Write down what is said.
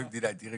לא עם די-9 היום.